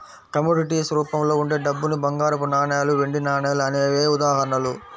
commodities రూపంలో ఉండే డబ్బుకి బంగారపు నాణాలు, వెండి నాణాలు అనేవే ఉదాహరణలు